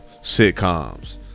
sitcoms